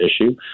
issue